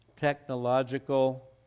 technological